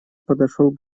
подошел